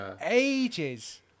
ages